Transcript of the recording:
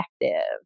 effective